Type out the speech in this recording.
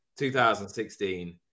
2016